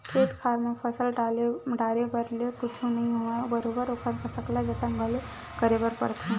खेत खार म फसल डाले भर ले कुछु नइ होवय बरोबर ओखर सकला जतन घलो करे बर परथे